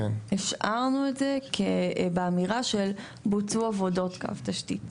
השארנו את זה באמירה של בוצעו עבודות קו תשתית.